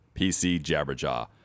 PCJabberJaw